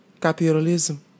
Capitalism